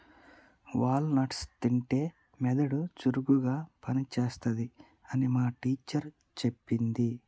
wall nuts తింటే మెదడు చురుకుగా పని చేస్తది అని మా టీచర్ చెప్పింది